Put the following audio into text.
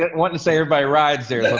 and wanted to say everybody rides here.